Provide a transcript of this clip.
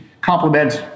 complements